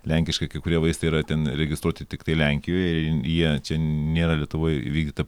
lenkiškai kai kurie vaistai yra ten registruoti tiktai lenkijoje ir jie čia nėra lietuvoj įvykdyta